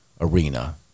arena